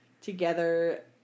together